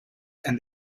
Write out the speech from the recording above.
and